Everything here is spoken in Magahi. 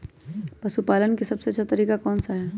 पशु पालन का सबसे अच्छा तरीका कौन सा हैँ?